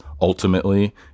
ultimately